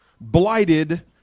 blighted